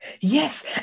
yes